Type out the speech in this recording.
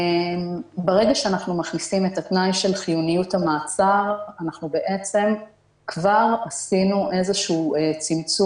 ברגע שאנחנו מכניסים את התנאי של חיוניות המעצר כבר עשינו צמצום